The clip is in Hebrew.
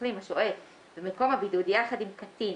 מחלים השוהה במקום הבידוד יחד עם קטין